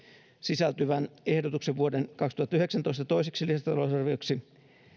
sisältyvän ehdotuksen vuoden kaksituhattayhdeksäntoista toiseksi lisätalousarvioksi